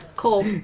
cool